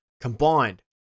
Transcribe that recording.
combined